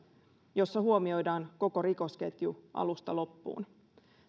jossa huomioidaan koko rikosketju alusta loppuun